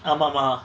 ஆமா மா:aama ma